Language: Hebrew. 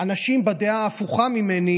אנשים בדעה הפוכה ממני